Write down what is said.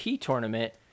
tournament